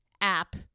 app